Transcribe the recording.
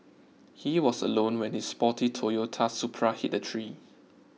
he was alone when his sporty Toyota Supra hit a tree